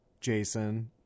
Jason